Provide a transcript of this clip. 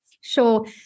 sure